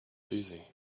dizzy